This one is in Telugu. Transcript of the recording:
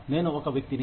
నేను ఒక వ్యక్తిని